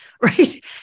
right